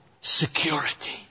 security